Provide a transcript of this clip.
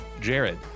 Jared